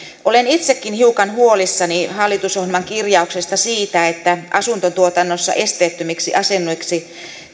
olen itsekin hiukan huolissani siitä hallitusohjelman kirjauksesta että asuntotuotannossa esteettömiksi asunnoiksi